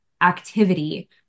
activity